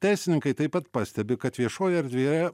teisininkai taip pat pastebi kad viešojoje erdvėje